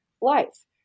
life